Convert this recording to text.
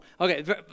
Okay